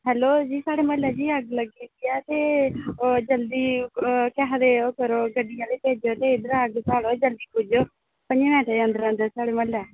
hello जी साढ़े म्हल्लै अग्ग लग्गी दी ऐ जी ते ओह् जल्दी गड्डी आह्ले गी भेजो ते स्हालो ते आई जाओ पंञें मिंटे दे अंदर साढ़े म्हल्लै